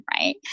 Right